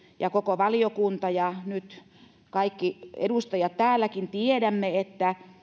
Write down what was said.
ja koko valiokunta ja nyt kaikki edustajat täälläkin tiedämme että